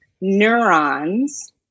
neurons